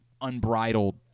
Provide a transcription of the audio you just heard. unbridled